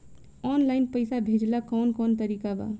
Online पइसा भेजेला कवन कवन तरीका बा?